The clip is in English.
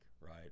Right